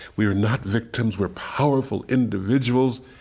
we are not victims. we're powerful individuals,